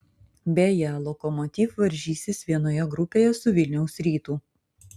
beje lokomotiv varžysis vienoje grupėje su vilniaus rytu